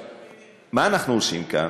מה אנחנו עושים כאן?